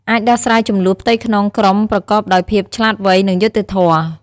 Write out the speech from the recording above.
អាចដោះស្រាយជម្លោះផ្ទៃក្នុងក្រុមប្រកបដោយភាពឆ្លាតវៃ និងយុត្តិធម៌។